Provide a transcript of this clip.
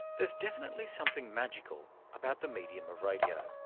there's definitely something magical about the medium of radio.